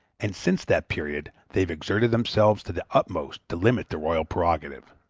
and since that period they have exerted themselves to the utmost to limit the royal prerogative.